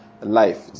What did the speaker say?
life